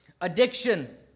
Addiction